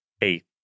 eight